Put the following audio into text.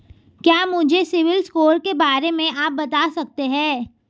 क्या मुझे सिबिल स्कोर के बारे में आप बता सकते हैं?